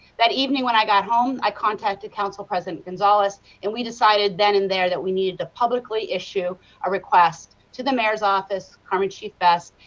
that evening when i got home i contacted council president gonzales and we decided then and there we needed to publicly issue a request to the mayor's office, um chief best,